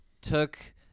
took